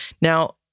Now